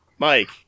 Mike